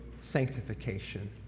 sanctification